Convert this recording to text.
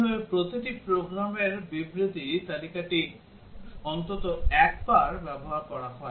এইভাবে প্রতিটি প্রোগ্রামের বিবৃতি তালিকাটি অন্তত একবার ব্যবহার করা হয়